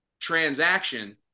transaction